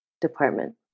department